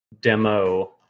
demo